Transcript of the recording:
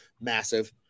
massive